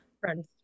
Friends